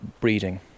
breeding